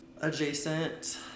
adjacent